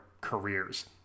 careers